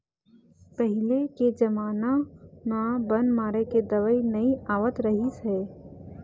पहिली के जमाना म बन मारे के दवई नइ आवत रहिस हे